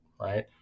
right